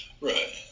right